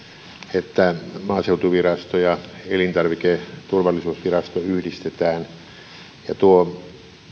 että maaseutuvirasto ja elintarviketurvallisuusvirasto yhdistetään tuo